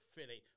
Philly